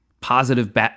positive